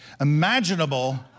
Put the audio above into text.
imaginable